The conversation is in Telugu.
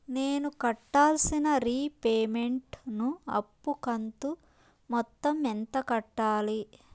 నేను కట్టాల్సిన రీపేమెంట్ ను అప్పు కంతు మొత్తం ఎంత కట్టాలి?